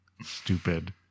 Stupid